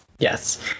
Yes